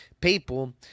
people